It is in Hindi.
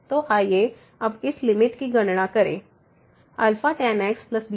तो आइए अब इस लिमिट की गणना करें tan x βsin x x3